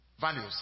Values